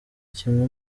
kimwe